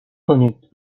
کنید